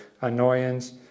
annoyance